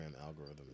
algorithm